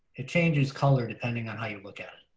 it changes color depending on how you look at